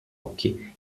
occhi